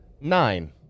Nine